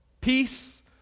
peace